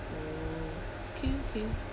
oh okay okay